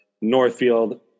Northfield